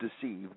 deceived